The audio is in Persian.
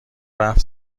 رفت